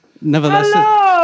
nevertheless